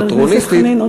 חבר הכנסת חנין,